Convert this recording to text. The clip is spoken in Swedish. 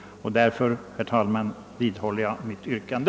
Därför vidhåller jag mitt yrkande.